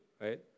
right